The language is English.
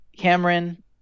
Cameron